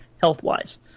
health-wise